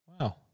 Wow